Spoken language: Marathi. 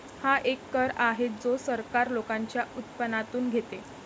हा एक कर आहे जो सरकार लोकांच्या उत्पन्नातून घेते